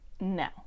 no